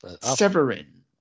Severin